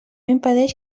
impedeix